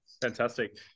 Fantastic